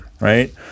right